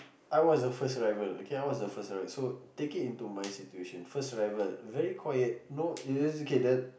I was the first arrival okay I was the first arrival so take it into my situation first arrival very quiet no it is okay then